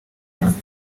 grande